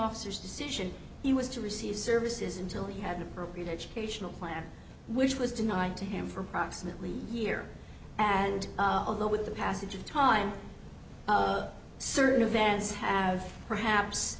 officers decision he was to receive services until he had an appropriate educational plan which was denied to him for approximately a year and although with the passage of time certain events have perhaps